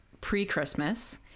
pre-christmas